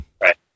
Right